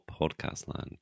Podcastland